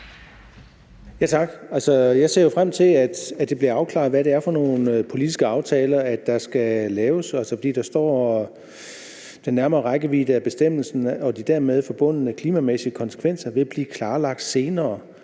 Tak. Jeg ser jo frem til, at det bliver afklaret, hvad det er for nogle politiske aftaler, der skal laves, for der står: »Den nærmere rækkevidde af bestemmelsen og de dermed forbundne klimamæssige konsekvenser vil blive klarlagt senere,